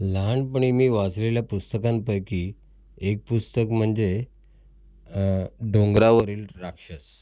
लहानपणी मी वाचलेल्या पुस्तकांपैकी एक पुस्तक म्हणजे डोंगरावरील राक्षस